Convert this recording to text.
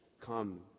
come